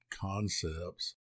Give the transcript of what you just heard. concepts